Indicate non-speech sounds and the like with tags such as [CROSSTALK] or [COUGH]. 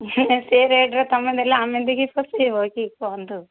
ସେ ରେଟ୍ରେ ତୁମେ ଦେଲେ ଆମେ ଏମିତି କିସ [UNINTELLIGIBLE] କୁହନ୍ତୁ